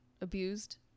abused